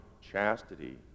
chastity